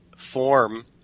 Form